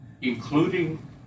including